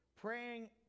Praying